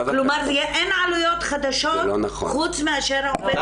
כלומר: אין עלויות חדשות מלבד העובד